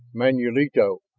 manulito